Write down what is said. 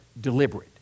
deliberate